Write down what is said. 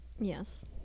Yes